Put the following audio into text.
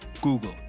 google